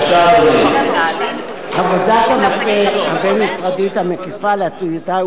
עבודת המטה הבין-משרדית המקיפה על הטיוטה הושלמה כמעט לחלוטין,